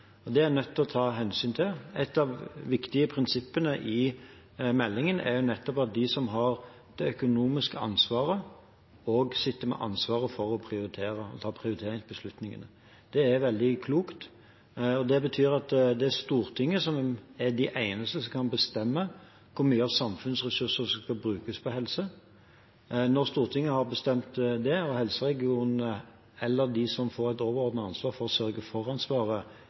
Det er en nødt til å ta hensyn til. Et av de viktige prinsippene i meldingen er nettopp at de som har det økonomiske ansvaret, også sitter med ansvaret for å prioritere og ta prioriteringsbeslutningene. Det er veldig klokt, og det betyr at det er Stortinget som er de eneste som kan bestemme hvor mye av samfunnsressursene som skal brukes på helse. Når Stortinget har bestemt det og helseregionen eller de som får et overordnet ansvar for